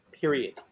Period